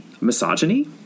misogyny